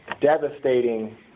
devastating